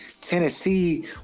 Tennessee